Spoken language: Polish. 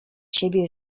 siebie